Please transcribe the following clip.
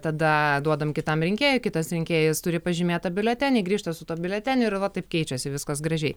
tada duodam kitam rinkėjui kitas rinkėjas turi pažymėtą biuletenį grįžta su tuo biuleteniu ir va taip keičiasi viskas gražiai